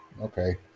Okay